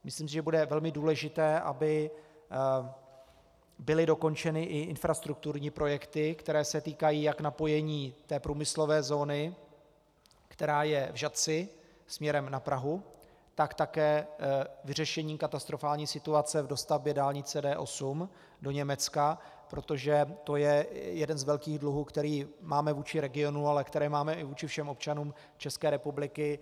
Myslím si, že bude velmi důležité, aby byly dokončeny i infrastrukturní projekty, které se týkají jak napojení té průmyslové zóny, která je v Žatci, směrem na Prahu, tak také vyřešení katastrofální situace v dostavbě dálnice D8 do Německa, protože to je jeden z velkých dluhů, který máme vůči regionu, ale který máme i vůči všem občanům České republiky.